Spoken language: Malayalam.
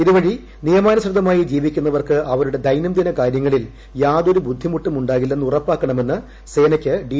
ഇതുവഴി നിയമാനുസൃതമായി ജീവിക്കുന്നവർക്ക് അവരുടെ ദൈന്യംദിന കാര്യങ്ങളിൽ യാതൊരു ബുദ്ധിമുട്ടും ഉണ്ടാകില്ലെന്ന് ഉറപ്പാക്കണമെന്ന് സേനയ്ക്ക് ഡി